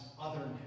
otherness